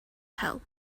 hell